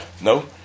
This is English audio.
no